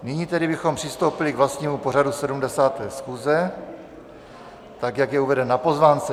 Nyní tedy bychom přistoupili k vlastnímu pořadu 70. schůze, tak jak je uveden na pozvánce.